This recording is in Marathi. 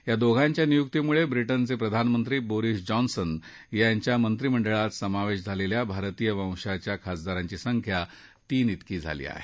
या दोघांच्या नियुक्तीमुळे ब्रिटनचे प्रधानमंत्री बोरीस जॉन्सन यांच्या मंत्रिमंडळात समावेश झालेल्या भारतीय वंशाच्या खासदारांची संख्या तीन झाली आहे